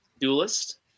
duelist